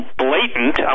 blatant